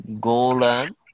Golan